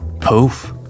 poof